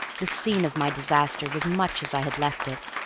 the scene of my disaster was much as i had left it.